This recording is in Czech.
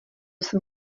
sem